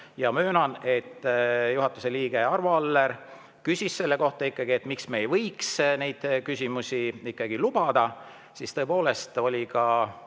Möönan, et juhatuse liige Arvo Aller küsis selle kohta, miks me ei võiks neid küsimusi ikkagi lubada. Siis tõepoolest –